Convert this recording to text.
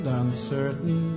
uncertain